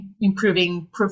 improving